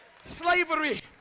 slavery